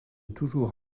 toujours